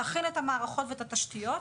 להכין את המערכות ואת התשתיות.